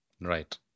Right